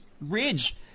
Ridge